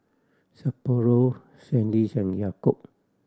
Sapporo Sandisk and Yakult